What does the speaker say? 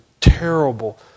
terrible